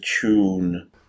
tune